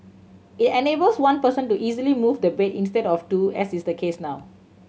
it enables one person to easily move the bed instead of two as is the case now